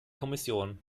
kommission